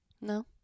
No